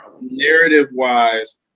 narrative-wise